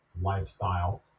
lifestyle